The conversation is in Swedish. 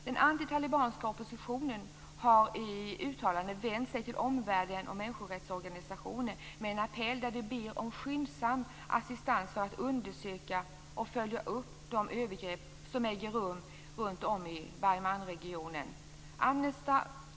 Den anti-talibanska oppositionen har i uttalande vänt sig till omvärlden och människorättsorganisationer med en appell där den ber om skyndsam assistans för att undersöka och följa upp de övergrepp som äger rum i Bamyanregionen.